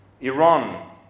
Iran